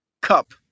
cup